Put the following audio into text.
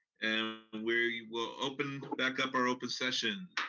and we will open back up our open session.